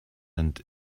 and